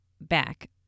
back